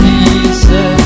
Jesus